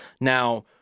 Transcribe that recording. Now